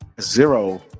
zero